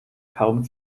kaum